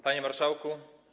Panie Marszałku!